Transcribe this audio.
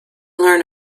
learn